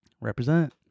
Represent